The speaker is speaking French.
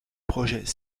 projet